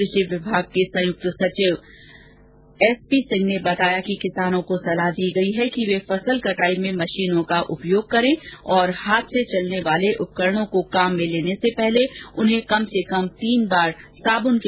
कृषि विभाग के संयुक्त शासन सचिव एस पी सिंह ने बताया कि किसानों को सलाह दी गई है कि वे फसल कटाई में मशीनों का उपयोग करें और हाथ से चलने वाले उपकरणों को काम में लेने से पहले उन्हें कम से कम तीन बार साबून के पानी से किटाणू रहित करें